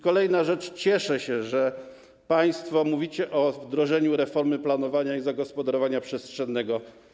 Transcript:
Kolejna rzecz: cieszę się, że państwo mówicie o wdrożeniu reformy planowania i zagospodarowania przestrzennego.